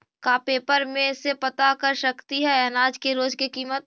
का पेपर में से पता कर सकती है अनाज के रोज के किमत?